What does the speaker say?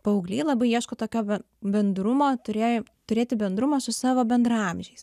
paaugliai labai ieško tokio bendrumo turėjo turėti bendrumą su savo bendraamžiais